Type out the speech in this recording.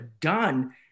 done